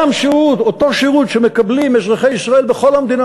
אותו שירות שמקבלים אזרחי ישראל בכל המדינה,